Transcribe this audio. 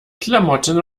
klamotten